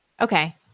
Okay